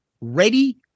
Ready